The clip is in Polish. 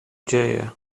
dzieje